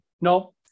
No